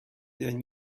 their